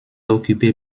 occupé